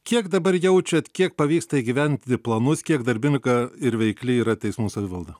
kiek dabar jaučiat kiek pavyksta įgyvendinti planus kiek darbinga ir veikli yra teismų savivalda